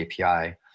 API